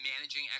managing